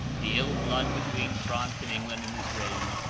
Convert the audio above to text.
the ill-blood between france and england in this reign,